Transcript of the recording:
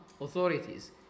authorities